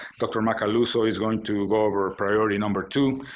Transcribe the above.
dr. macaluso is going to go over priority number two.